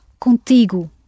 contigo